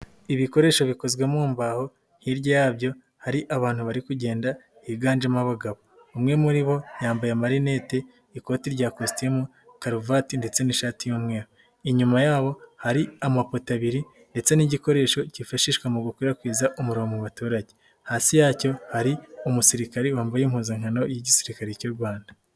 Ibikoresho bikozwe mu mbaho hirya yabyo hari abantu bari kugenda higanjemo abagabo, umwe muri bo yambaye amarinete, ikoti rya kositimu, karuvate ndetse n'ishati y'umweru. Inyuma yabo hari amapoto abiri ndetse n'igikoresho kifashishwa mu gukwirakwiza umuriro mu baturage, hasi yacyo hari umusirikare wambaye impuzankano y'Igisirikare cy'u Rwanda.